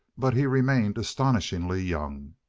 but he remained astonishingly young.